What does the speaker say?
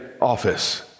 office